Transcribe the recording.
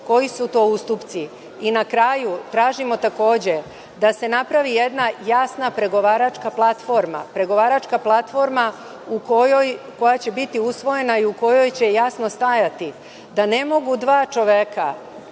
koji su to ustupci. Na kraju, tražimo da se napravi jedna jasna pregovaračka platforma koja će biti usvojena i u kojoj će jasno stajati da ne mogu dva čoveka